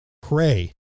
Pray